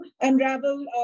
unravel